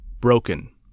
broken